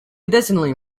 additionally